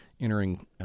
entering